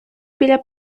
біля